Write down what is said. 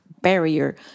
barrier